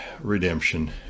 redemption